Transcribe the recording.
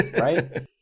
right